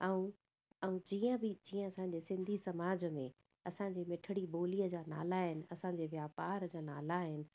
ऐं ऐं जीअं बि जीअं असांजे सिंधी समाज में असांजी मिठड़ी ॿोलीअ जा नाला आहिनि असांजे वापार जा नाला आहिनि